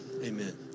amen